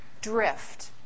drift